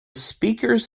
speakers